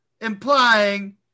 implying